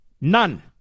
None